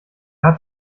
hat